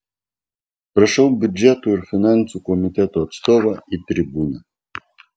prašau biudžeto ir finansų komiteto atstovą į tribūną